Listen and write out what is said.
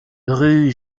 rue